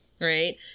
right